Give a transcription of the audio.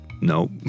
No